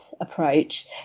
approach